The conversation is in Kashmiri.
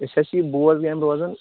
أسۍ حظ چھِ یہِ بوز گامہِ روزان